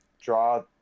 draw